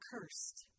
cursed